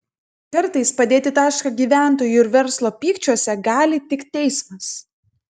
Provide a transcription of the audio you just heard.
kartais padėti tašką gyventojų ir verslo pykčiuose gali tik teismas